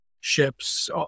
ships